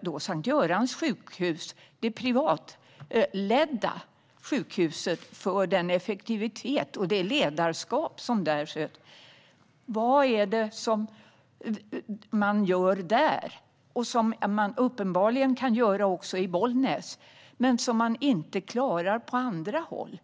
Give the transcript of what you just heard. S:t Görans sjukhus, det privatledda sjukhuset, för den effektivitet och det ledarskap som har visats där. Vad är det man gör där och uppenbarligen också i Bollnäs men som man inte klarar på andra håll?